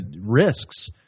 risks